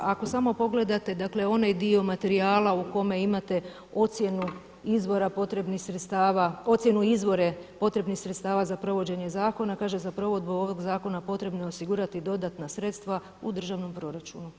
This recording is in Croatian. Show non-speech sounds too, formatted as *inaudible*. Ako samo pogledate dakle onaj dio materijala u kome imate ocjenu izbora potrebnih sredstava, ocjenu … *unintelligible* potrebnih sredstava za provođenje zakona, kaže, za provedbu ovog zakona potrebno je osigurati dodatna sredstva u državnom proračunu.